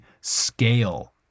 scale